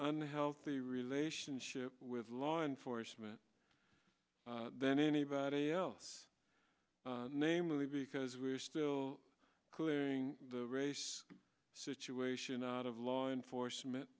unhealthy relationship with law enforcement than anybody else namely because we're still clearing the race situation out of law enforcement